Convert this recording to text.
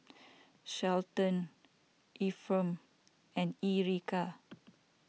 Shelton Efrem and Erika